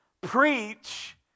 Preach